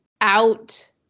out